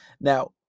Now